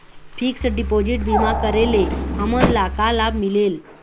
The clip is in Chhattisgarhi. फिक्स डिपोजिट बीमा करे ले हमनला का लाभ मिलेल?